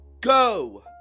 Go